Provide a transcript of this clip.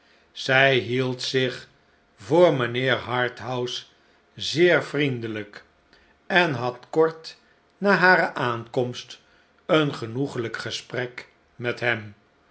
zij hield zich voor mijnheer harthouse zeer vriendelijk en had kort na hare aankomst een genoeglijk gesprek met hem